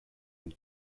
them